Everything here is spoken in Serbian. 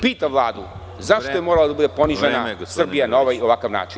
Pitam Vladu – zašto je morala da bude ponižena Srbija na ovaj i ovakav način?